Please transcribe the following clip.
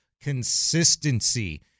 consistency